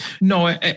No